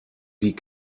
die